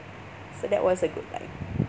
so that was a good time